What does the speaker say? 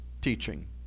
teaching